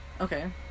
Okay